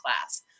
class